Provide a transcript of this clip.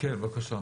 כן, בקשה.